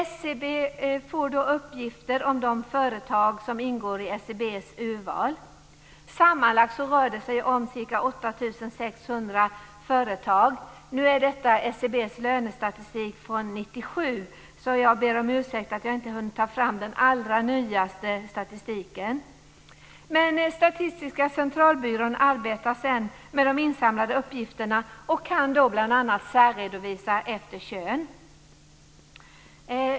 SCB får uppgifter om de företag som ingår i SCB:s urval. Sammanlagt rör det sig om ca 8 600 företag. Detta är SCB:s lönestatistik från 1997, och jag ber om ursäkt för att jag inte hunnit ta fram den allra nyaste statistiken. SCB arbetar sedan med de insamlade uppgifterna och kan bl.a. särredovisa efter kön.